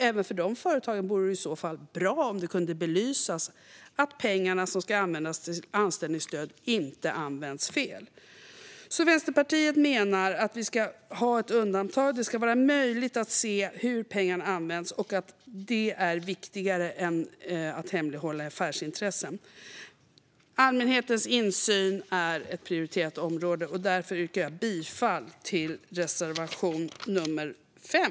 Även för dessa företag vore det i så fall bra om det kunde belysas att de pengar som ska användas till anställningsstöd inte används fel. Vänsterpartiet menar att vi ska ha ett undantag. Det ska vara möjligt att se hur pengarna används. Det är viktigare än att hemlighålla affärsintressen. Allmänhetens insyn är ett prioriterat område. Därför yrkar jag bifall till reservation nr 5.